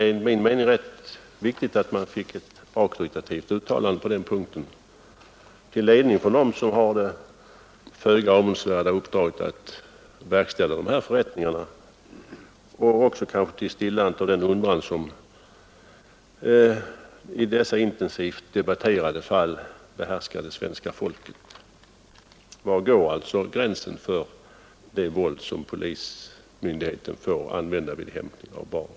Enligt min mening är det viktigt att få ett auktoritativt uttalande på den punkten, till ledning för dem som har det föga avundsvärda uppdraget att verkställa dessa förrättningar och kanske också för att stilla den undran som i dessa intensivt debatterade fall behärskar svenska folket. Var går alltså gränsen för det våld som polismyndigheten får använda vid hämtning av barn?